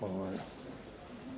Hvala.